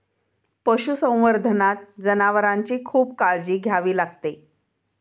पशुसंवर्धनात जनावरांची खूप काळजी घ्यावी लागते